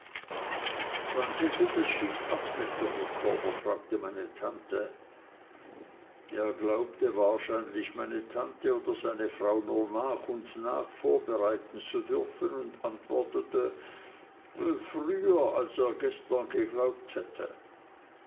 wann segelt das schiff ab mr micawber fragte meine tante er glaubte wahrscheinlich meine tante oder seine frau nur nach und nach vorbereiten zu dürfen und antwortete früher als er gestern geglaubt hätte